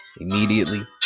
Immediately